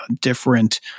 different